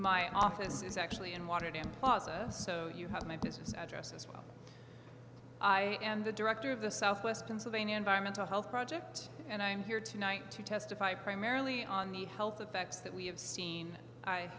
my office is actually in water and process so you have my business address as well i am the director of the southwest pennsylvania environmental health project and i'm here tonight to testify primarily on the health effects that we have seen i